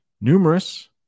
Numerous